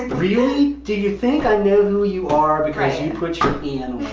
really? do you think i know who you are because you put your hand